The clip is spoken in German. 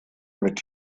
mit